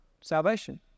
salvation